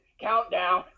Countdown